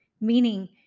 Meaning